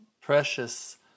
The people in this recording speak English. precious